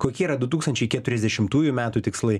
kokie yra du tūkstančiai keturiasdešimtųjų metų tikslai